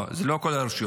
לא, זה לא לכל הרשויות.